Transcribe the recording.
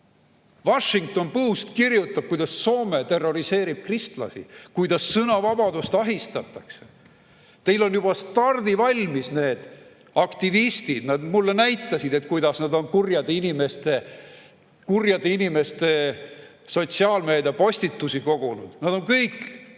Washington Post kirjutab, kuidas Soome terroriseerib kristlasi, kuidas sõnavabadust ahistatakse. Teil on juba stardivalmis need aktivistid. Nad mulle näitasid, kuidas nad on kurjade inimeste sotsiaalmeediapostitusi kogunud. Nad on kõik